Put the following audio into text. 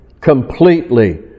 completely